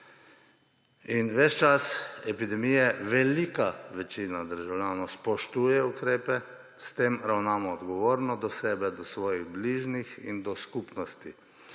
In ves čas epidemije velika večina državljanov spoštuje ukrepe, s tem ravnamo odgovorno do sebe, do svojih bližnjih in do skupnosti.